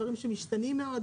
דברים שמשתנים מאוד,